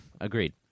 agreed